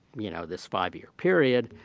you know, this five-year period